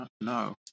No